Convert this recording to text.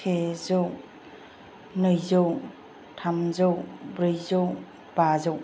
सेजौ नैजौ थामजौ ब्रैजौ बाजौ